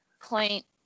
point